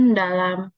dalam